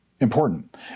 important